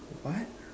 what